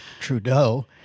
Trudeau